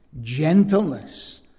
gentleness